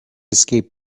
escape